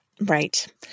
Right